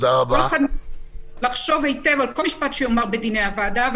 כל אחד מכם צריך לחשוב היטב על כל משפט שיאמר בדיוני הוועדה.